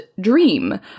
Dream